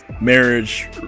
marriage